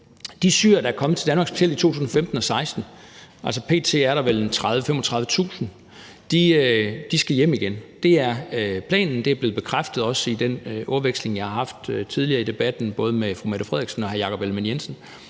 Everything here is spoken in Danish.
her – der er kommet til Danmark specielt i 2015 og 2016, altså p.t. er der vel 30.000-35.000, vil jeg sige, at de skal hjem igen. Det er planen, og det er også blevet bekræftet i den ordveksling, jeg har haft tidligere i debatten både med fru Mette Frederiksen og hr. Jakob Ellemann-Jensen.